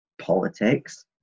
politics